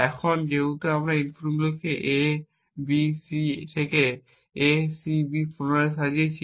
এখন যেহেতু আমরা এই ইনপুটগুলিকে A B C থেকে A C B তে পুনরায় সাজিয়েছি